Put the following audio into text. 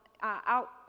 out